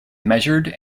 measured